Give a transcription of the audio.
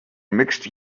mixed